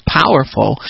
powerful